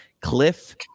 Cliff